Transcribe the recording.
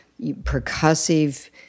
percussive